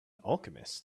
alchemist